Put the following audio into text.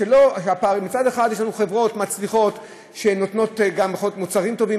מצד אחד יש לנו חברות מצליחות שנותנות מוצרים טובים,